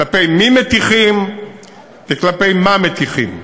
כלפי מי מטיחים וכלפי מה מטיחים.